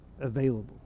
available